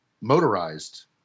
motorized